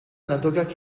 lantokiak